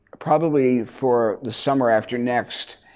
probably for the summer after next,